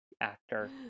actor